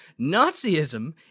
Nazism